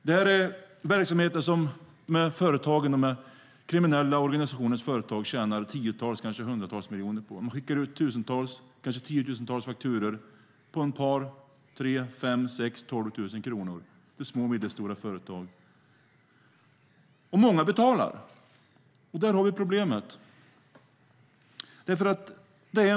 Det här är verksamheter som de kriminella organisationernas företag tjänar tiotals, hundratals miljoner på. Man skickar ut tiotusentals fakturor på ett par tusen upp till kanske 12 000 kronor till små och medelstora företag. Många betalar, och där har vi problemet.